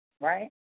right